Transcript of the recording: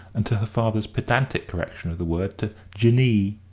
and to her father's pedantic correction of the word to jinnee.